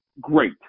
great